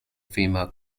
female